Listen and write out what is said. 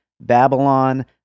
Babylon